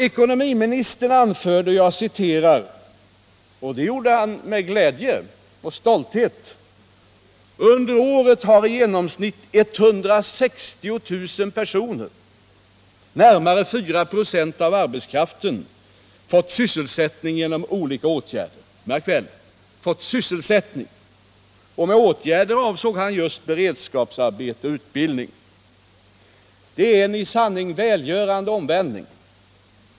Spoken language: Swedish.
Ekonomiministern anförde, och det gjorde han med glädje och stolthet, att ”under året har i genomsnitt 160 000 personer, närmare 4 96 av arbetskraften, fått sysselsättning genom olika åtgärder”. Märk väl ”fått sysselsättning”, och med ”åtgärder” avsåg han just beredskapsarbete och utbildning. Det är en i sanning välgörande omvändning.